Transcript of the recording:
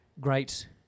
Great